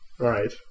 Right